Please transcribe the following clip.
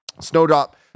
Snowdrop